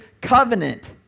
covenant